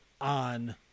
on